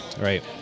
right